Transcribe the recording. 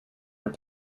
your